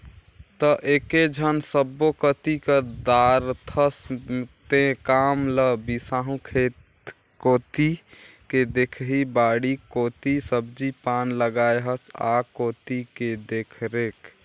त एकेझन सब्बो कति कर दारथस तें काम ल बिसाहू खेत कोती के देखही बाड़ी कोती सब्जी पान लगाय हस आ कोती के देखरेख